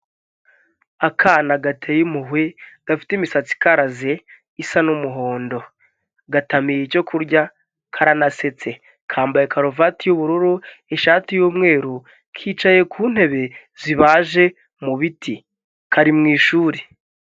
Akana gateye impuhwe gafite imisatsi ikaraze isa n'umuhondo gatamiye icyo kurya karanasetse, kambaye karuvati y'ubururu, ishati y'umweru, kicaye ku ntebe zibaje mu biti kari mu ishuri.